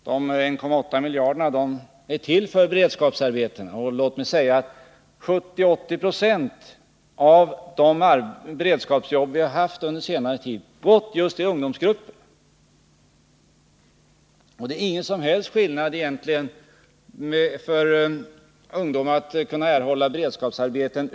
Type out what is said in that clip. De 1,8 miljarderna är till för beredskapsarbeten, och låt mig säga att 70-8096 av de beredskapsjobb vi haft under senare tid gått just till ungdomsgruppen. Det är egentligen ingen som helst skillnad för ungdomar över 18 år då det gäller att kunna erhålla beredskapsarbete.